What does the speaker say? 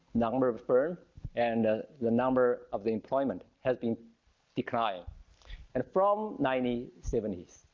number of firm and the number of the employment has been decline and from nineteen seventy s.